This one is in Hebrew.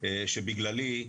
מבחינתי הוא לא רק פרופסור.